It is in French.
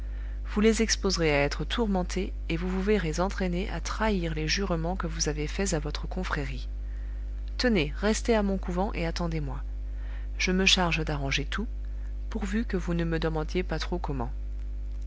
vous les exposerez à être tourmentés et vous vous verrez entraîné à trahir les jurements que vous avez faits à votre confrérie tenez restez à mon couvent et attendez-moi je me charge d'arranger tout pourvu que vous ne me demandiez pas trop comment